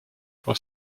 for